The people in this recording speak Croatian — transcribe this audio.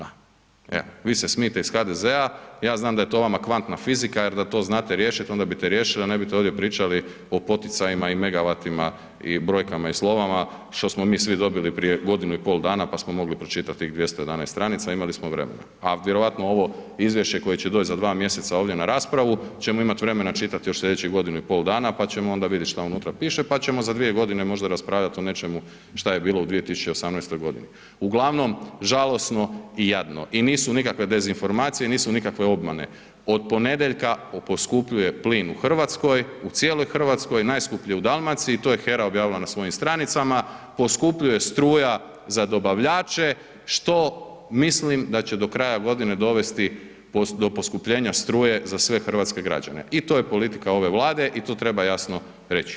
Evo vi se smijte iz HDZ-a, ja znam da je to vama kvantna fizika jer da to znate riješit onda bi to riješili a ne bi ovdje pričali o poticajnima i megavatima i brojkama i slovima što smo mi svi dobili prije godinu i pol dana pa smo mogli pročitati 211 stranica, imali smo vremena a vjerojatno ovo izvješće koje će doći za 2 mj. ovdje na raspravu ćemo imat vremena čitat i još slijedećih godinu i pol dana pa ćemo onda vidjet šta unutra piše pa ćemo za 2 g. možda raspravljat o nečemu šta je bilo u 2018. g. Uglavnom, žalosno i jadno i nisu nikakve dezinformacije, nisu nikakve obmane, od ponedjeljka poskupljuje plin u Hrvatskoj, u cijeloj Hrvatskoj, najskuplje u Dalmaciji, to je HERA objavila na svojim stranicama, poskupljuje struja za dobavljače što mislim da će do kraja dovesti do poskupljenja struje za sve hrvatske građane i to je politika ove Vlade i to treba jasno reći.